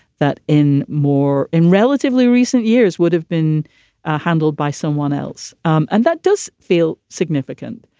that in more in relatively recent years would have been ah handled by someone else. and that does feel significant.